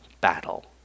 Battle